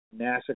NASA